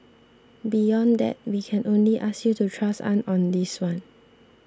beyond that we can only ask you to trust us on this one